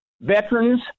veterans